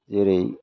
जेरै